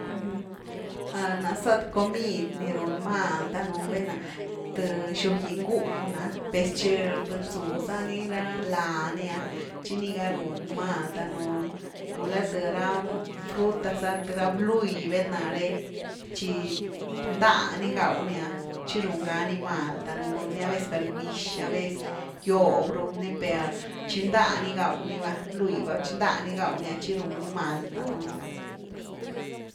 na slua të comid ni run mal danunu, velna th xob giny gún ‘a per tchi rdëdy-tzu za ni ra lá ni’a tchi ni ga run mal danun gula th rafrutas th ra bluy velna re tchi ndá ni gaw ni tchi run ga ni mal danuunu run ni a veces gar-bix, a vez gyob run ni, per tchi ndani gaw ni va, bluy va, txi ndani gowni, tchi run ni mal danunu.